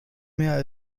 mehr